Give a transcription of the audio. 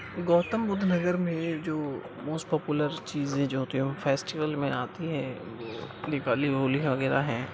گوتم بدھ نگر میں جو most popular چیزیں جو ہوتی ہے وہ فیسٹیول میں آتی ہیں وہ دیپالی ہولی وغیرہ ہیں